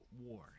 war